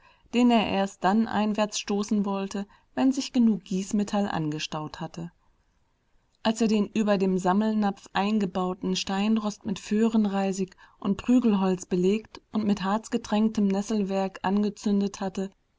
den er erst dann einwärts stoßen wollte wenn sich genug gießmetall angestaut hatte als er den über dem sammelnapf eingebauten steinrost mit föhrenreisig und prügelholz belegt und mit harzgetränktem nesselwerg angezündet hatte